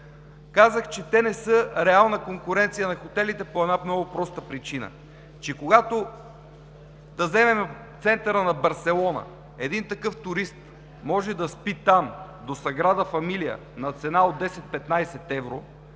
Казах, че те не са реална конкуренция на хотелите по една много проста причина: да вземем центъра на Барселона – един такъв турист може да спи там до Саграда Фамилия на цена от 10 – 15 евро.